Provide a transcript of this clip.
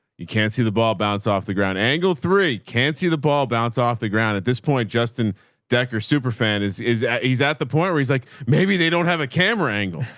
you can't see the ball bounce off the ground. angle three, can't see the ball bounce off the ground. at this point, justin decker super fan is, is he's at the point where he's like, maybe they don't have a camera angle.